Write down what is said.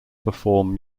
perform